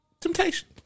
Temptation